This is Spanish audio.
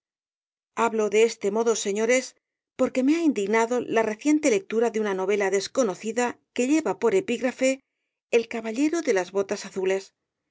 hablo de este modo señores porque me ha indignado la reciente lectura de una novela desconocida que lleva por epígrafe el caballero de las botas azules